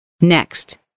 Next